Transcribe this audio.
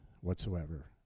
whatsoever